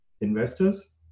investors